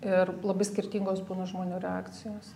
ir labai skirtingos būna žmonių reakcijos